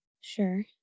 Sure